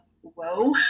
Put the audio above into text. whoa